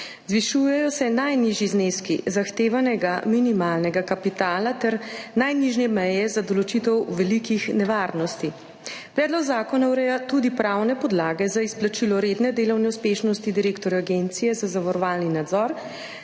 Zvišujejo se najnižji zneski zahtevanega minimalnega kapitala ter najnižje meje za določitev velikih nevarnosti. Predlog zakona ureja tudi pravne podlage za izplačilo redne delovne uspešnosti direktorja Agencije za zavarovalni nadzor